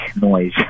noise